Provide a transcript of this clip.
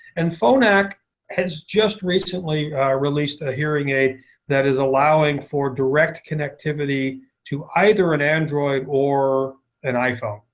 and phonak has just recently released a hearing aid that is allowing for direct connectivity to either an android or an iphone.